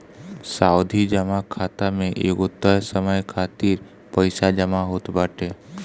सावधि जमा खाता में एगो तय समय खातिर पईसा जमा होत बाटे